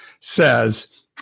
says